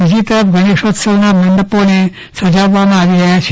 બીજી તરફ ગણેશોત્સવના મંડપોને સજાવવામાં આવી રહ્યા છે